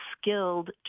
skilled